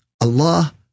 Allah